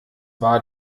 war